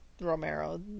Romero